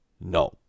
No